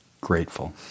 grateful